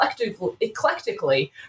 eclectically